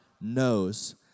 knows